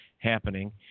Happening